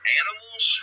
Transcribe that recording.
animals